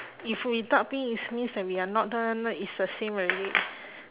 if we dark pink it means that we are not is the same already